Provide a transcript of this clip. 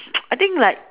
I think like